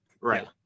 Right